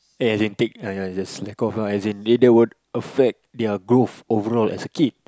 yeah as in take yeah then I just slack off ah as in they they would affect their growth overall as a kid